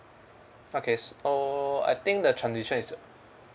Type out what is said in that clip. okay so I think the transition is